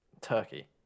Turkey